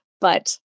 But-